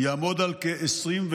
יעמוד על כ-21%.